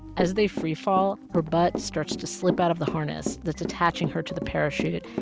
as they free fall, her butt starts to slip out of the harness that's attaching her to the parachute.